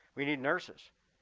we need nurses.